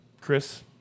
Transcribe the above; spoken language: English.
Chris